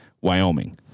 Wyoming